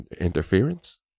interference